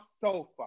sofa